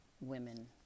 women